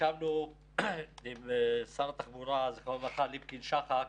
הקמנו עם שר התחבורה ליקפין שחק,